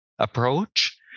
approach